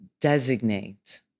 designate